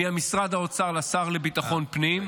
ממשרד האוצר לשר לביטחון פנים,